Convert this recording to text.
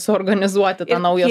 suorganizuoti tą naują